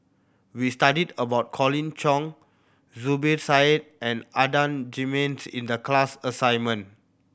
we studied about Colin Cheong Zubir Said and Adan Jimenez in the class assignment